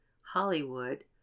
Hollywood